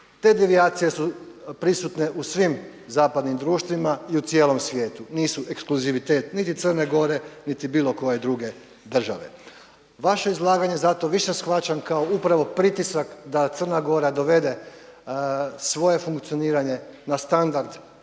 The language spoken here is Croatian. Te devijacije su prisutne u svim zapadnim društvima i u cijelom svijetu. Nisu ekskluzivitet niti Crne Gore, niti bilo koje druge države. Vaše izlaganje zato više shvaćam kao upravo pritisak da Crna Gora dovede svoje funkcioniranje na standard